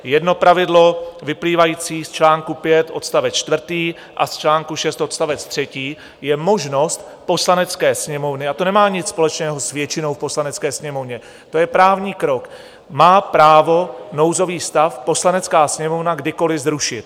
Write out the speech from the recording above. Jedno pravidlo vyplývající z článku 5 odst. 4 a z článku 6 odst. 3 je možnost Poslanecké sněmovny a to nemá nic společného s většinou v Poslanecké sněmovně, to je právní krok má právo nouzový stav Poslanecká sněmovna kdykoliv zrušit.